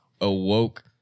awoke